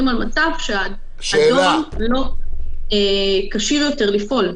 על מצב שהיום הוא לא כשיר יותר לפעול.